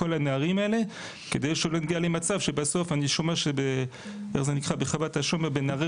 לכל הנערים האלה כדי שלא נגיע למצב שבסוף אני שומע שבחוות השומר בנערי